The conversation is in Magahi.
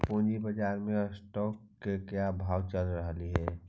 पूंजी बाजार में स्टॉक्स के क्या भाव चल रहलई हे